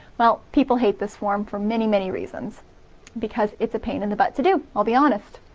well, people hate this form for many many reasons because it's a pain in the butt to do. i'll be honest!